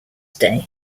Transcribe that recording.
day